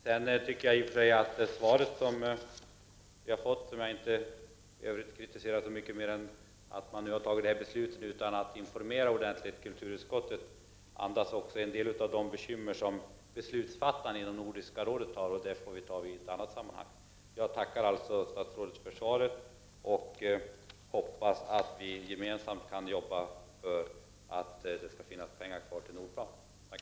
Det enda jag kritiserar i svaret är att detta beslut har fattats utan att kulturutskottet har informerats ordentligt. Svaret andas också en del av de bekymmer som beslutsfattarna inom Nordiska rådet har. Detta får vi diskutera i ett annat sammanhang. Jag tackar alltså statsrådet för svaret och hoppas att vi gemensamt skall kunna arbeta för att det skall finnas pengar kvar till NORD PLAN.